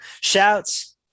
Shouts